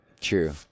True